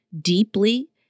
deeply